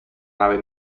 nave